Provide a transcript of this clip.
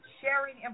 sharing